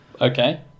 Okay